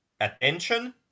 attention